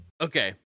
Okay